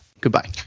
Goodbye